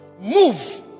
move